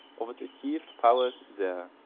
of its achieved powers, there.